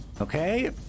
Okay